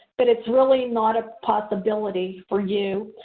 but, is really not a possibility for you,